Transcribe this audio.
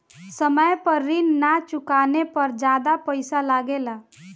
समय पर ऋण ना चुकाने पर ज्यादा पईसा लगेला?